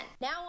Now